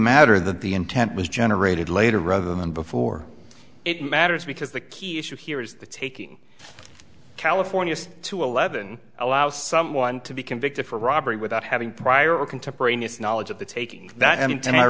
matter that the intent was generated later rather than before it matters because the key issue here is the taking california two eleven allow someone to be convicted for robbery without having prior contemporaneous knowledge of the taking that and